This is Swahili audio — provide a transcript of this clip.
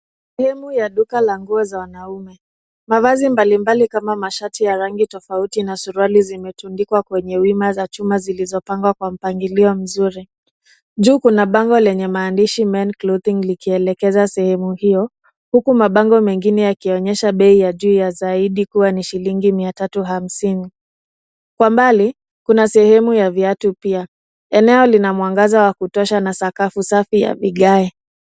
Sehemu ya duka la nguo za wanaume. Mavazi mbalimbali kama mashati ya rangi tofauti na suruali zimetundikwa kwenye wima za chuma zilizopangwa kwa mpangilio wa mzuri. Juu kuna bango lenye maandishi men clothing likielekeza sehemu hiyo huku mabango mengine yakionyesha bei ya juu ya zaidi kuwa ni shilingi mia tatu hamsini. Kwa mbali kuna sehemu ya viatu pia. Eneo lina mwangaza wa kutosha na sakafu safi ya vigae.